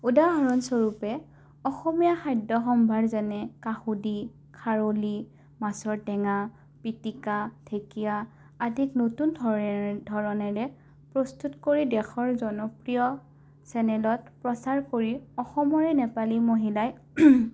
উদাহৰণস্বৰূপে অসমীয়া খাদ্য সম্ভাৰ যেনে কাহুদি খাৰলি মাছৰ টেঙা পিটিকা ঢেকীয়া আদিক নতুন ধৰণেৰে প্ৰস্তুত কৰি দেশৰ জনপ্ৰিয় চেনেলত প্ৰচাৰ কৰি অসমৰে নেপালী মহিলাই